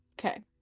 Okay